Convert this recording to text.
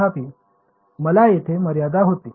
तथापि मला येथे मर्यादा होती